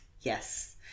Yes